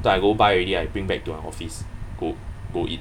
after I buy already right I bring back to our office go go eat